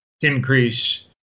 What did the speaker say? increase